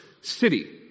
city